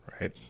Right